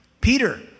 Peter